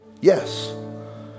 Yes